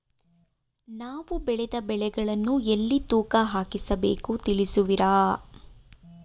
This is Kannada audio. ನಾವು ಬೆಳೆದ ಬೆಳೆಗಳನ್ನು ಎಲ್ಲಿ ತೂಕ ಹಾಕಿಸ ಬೇಕು ತಿಳಿಸುವಿರಾ?